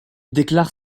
déclare